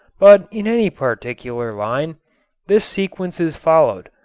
but in any particular line this sequence is followed.